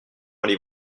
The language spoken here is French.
allez